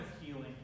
healing